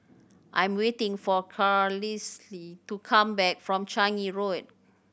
I'm waiting for Carlisle to come back from Changi Road